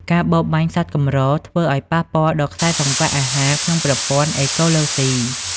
ការបរបាញ់សត្វកម្រធ្វើឱ្យប៉ះពាល់ដល់ខ្សែសង្វាក់អាហារក្នុងប្រព័ន្ធអេកូឡូស៊ី។